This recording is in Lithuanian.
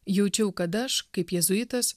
jaučiau kad aš kaip jėzuitas